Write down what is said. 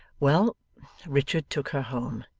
well richard took her home.